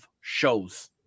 shows